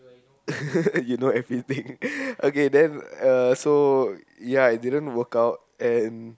you know everything okay then uh so ya it didn't work out and